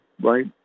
right